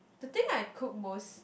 the thing I cook most